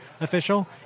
official